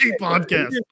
podcast